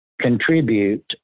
contribute